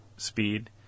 Speed